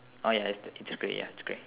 oh ya it's the it's grey it's grey